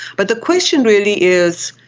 but the question really is,